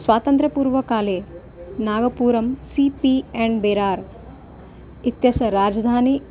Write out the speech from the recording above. स्वातन्त्र्यपूर्वकाले नागपुरं C P and Berar इत्यस्य राजधानी